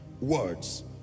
words